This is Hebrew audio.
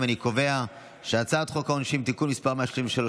קובע שהצעת חוק העונשין (תיקון מס' 133,